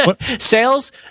sales